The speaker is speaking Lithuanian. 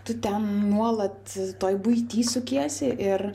tu ten nuolat toj buity sukiesi ir